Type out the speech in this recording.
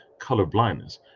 colorblindness